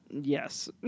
Yes